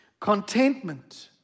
Contentment